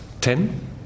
Ten